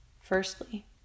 Firstly